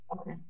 okay